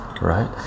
right